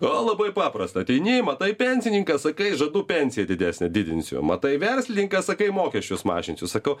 o labai paprasta ateini matai pensininkas sakai žadu pensiją didesnę didinsiu matai verslininkas sakai mokesčius mažinsiu sakau